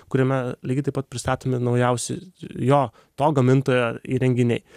kuriame lygiai taip pat pristatomi naujausi jo to gamintojo įrenginiai